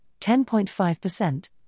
10.5%